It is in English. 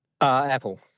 Apple